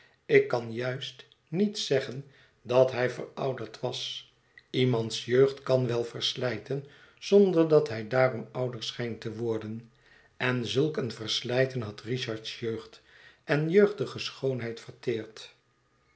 ik kan juist niet zeggen dat hij verouderd was iemands jeugd kan wel verslijten zonder dat hij daarom ouder schijnt te worden en zulk een verslijten had richard s jeugd en jeugdige schoonheid verteerd